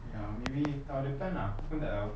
ya or maybe tahun depan lah aku pun tak tahu